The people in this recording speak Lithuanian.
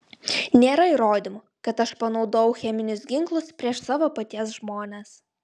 nėra įrodymų kad aš panaudojau cheminius ginklus prieš savo paties žmones